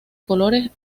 colores